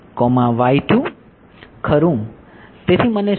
ખરું તેથી મને શું મળશે